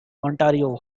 ontario